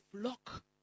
flock